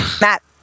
Matt